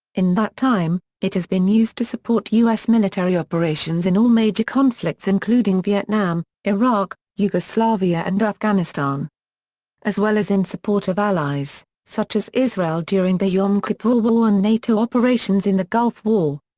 in that time, it has been used to support us military operations in all major conflicts including vietnam, iraq, yugoslavia and afghanistan as well as in support of allies, such as israel israel during the yom kippur war war and nato operations in the gulf war.